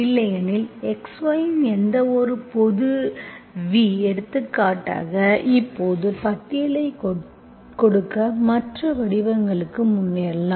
இல்லையெனில் xy இன் எந்தவொரு பொது v எடுத்துக்காட்டாக இப்போது பட்டியலைக் கொடுக்க மற்ற வடிவங்களுக்கு முன்னேறலாம்